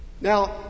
Now